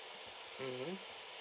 mmhmm